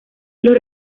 los